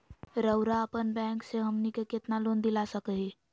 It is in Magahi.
रउरा अपन बैंक से हमनी के कितना लोन दिला सकही?